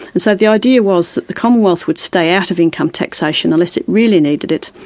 and so the idea was that the commonwealth would stay out of income taxation unless it really needed it,